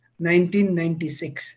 1996